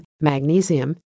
magnesium